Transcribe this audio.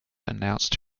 announced